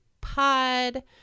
pod